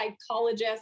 psychologist